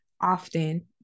often